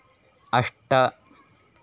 अष्ट